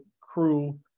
crew